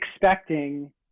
expecting